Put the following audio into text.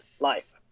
Life